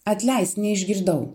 atleis neišgirdau